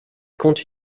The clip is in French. compte